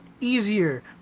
easier